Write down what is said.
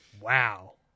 Wow